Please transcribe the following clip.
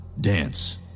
dance